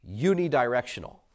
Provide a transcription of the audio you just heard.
unidirectional